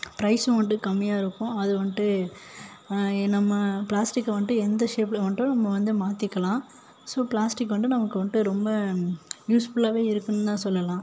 ப்ரைஸும் வந்துவிட்டு கம்மியாக இருக்கும் அது வந்துவிட்டு நம்ம பிளாஸ்டிக்கை வந்துவிட்டு எந்த ஷேப்பில் வந்துட்டும் நம்ம வந்து மாற்றிக்கலாம் ஸோ பிளாஸ்டிக் வந்துவிட்டு நமக்கு வந்துவிட்டு ஒரு ரொம்ப யூஸ்ஃபுல்லாகவே இருக்கும்னு தான் சொல்லலாம்